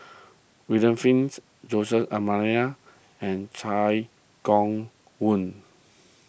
William Flints Jose D'Almeida and Chai Hon Yoong